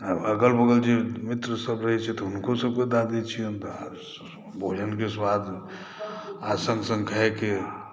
आ अग़ल बग़ल जे मित्रसभ रहै छथि ओ हुनको सभके दए दै छियनि तऽ भोजनक स्वाद आ संग संग खायके